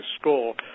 score